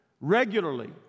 regularly